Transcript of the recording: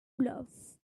love